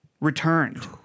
Returned